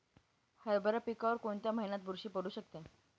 हरभरा पिकावर कोणत्या महिन्यात बुरशी पडू शकते?